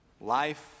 Life